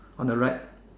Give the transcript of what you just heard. on the right